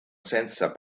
senza